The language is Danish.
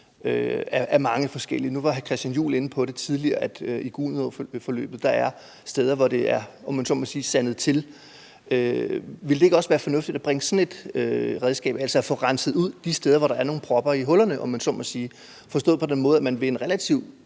i anvendelse. Nu var hr. Christian Juhl inde på tidligere, at der i Gudenåens forløb er steder, hvor det, om jeg så må sige, er sandet til. Ville det ikke også være fornuftigt at bringe sådan et redskab ind, altså få renset ud de steder, hvor der er nogle propper i hullerne, om man så må sige? Forstået på den måde, at man ved en relativt